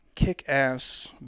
kick-ass